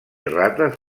rates